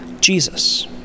Jesus